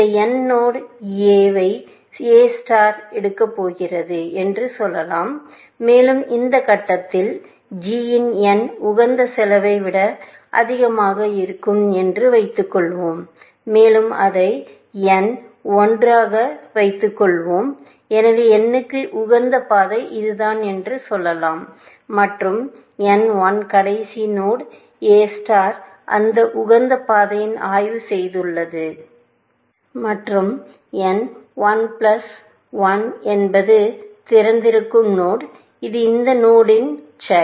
இந்த n node ஐ A star எடுக்கப்போகிறது என்று சொல்லலாம் மேலும் இந்த கட்டத்தில் g இன் n உகந்த செலவை விட அதிகமாக இருக்கும் என்று வைத்துக் கொள்வோம் மேலும் அதை n l ஆக வைத்துக்கொள்வோம் எனவே n க்கு இந்த உகந்த பாதை இதுதான் என்று சொல்லலாம் மற்றும் n l கடைசி நோடு எ ஸ்டார் அந்த உகந்த பாதையில் ஆய்வு செய்துள்ளது மற்றும் n l பிளஸ் ஒன் என்பது திறந்திருக்கும் நோடு இது இந்த நோடின்குழந்தை